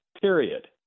period